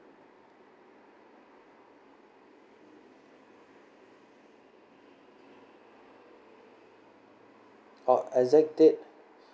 uh exact date